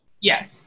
yes